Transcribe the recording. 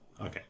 Okay